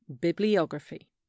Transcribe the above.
Bibliography